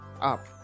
up